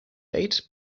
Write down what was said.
date